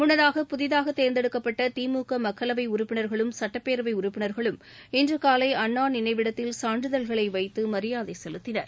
முன்னதாக புதிதாக தேர்ந்தெடுக்கப்பட்ட திமுக மக்களவை உறுப்பினர்களும் சுட்டப்பேரவை உறுப்பினர்களும் இன்று காலை அண்ணா நினைவிடத்தில் சான்றிதழ்களை வைத்து மரியாதை செலுத்தினர்